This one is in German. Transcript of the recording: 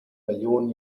millionen